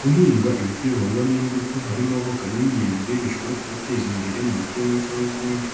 guhinga ibiti bivangwa n'imbuto harimo ivoka n'imyembe bishobora kubateza imbere mu buryo bumwe cyangwa ubundi.